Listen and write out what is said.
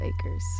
Acres